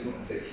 okay lor